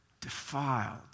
defiled